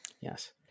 yes